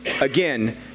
again